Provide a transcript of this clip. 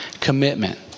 commitment